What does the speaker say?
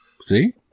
See